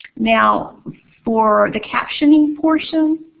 now for the captioning portion.